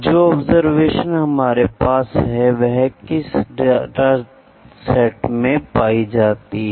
जो ऑब्जरवेशन हमारे पास है वह किस डाटासेट में पाई जाती है